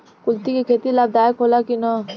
कुलथी के खेती लाभदायक होला कि न?